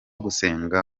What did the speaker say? gusenga